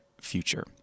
future